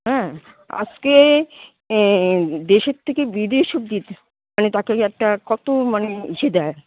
হ্যাঁ আসকে দেশের থেকে বিদেশ অব্দি মানে তাকে একটা কতো মানে ইসে দেয়